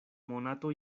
monato